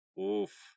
Oof